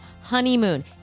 honeymoon